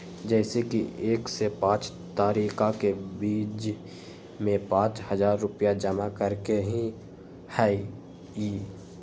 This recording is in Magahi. जैसे कि एक से पाँच तारीक के बीज में पाँच हजार रुपया जमा करेके ही हैई?